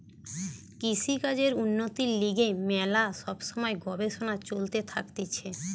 কৃষিকাজের উন্নতির লিগে ম্যালা সব সময় গবেষণা চলতে থাকতিছে